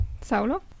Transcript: Saulo